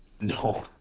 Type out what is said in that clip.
no